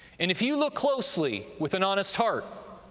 and if you look closely with an honest heart,